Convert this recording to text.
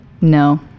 No